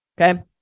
okay